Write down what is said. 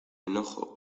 enojo